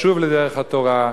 לשוב לדרך התורה,